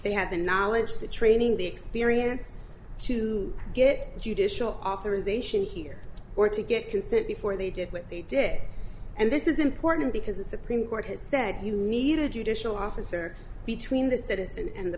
they had the knowledge the training the experience to get judicial authorization here or to get consent before they did what they did and this is important because the supreme court has said you need a judicial officer between the citizen and the